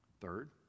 Third